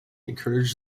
encourage